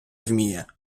вміє